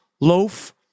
loaf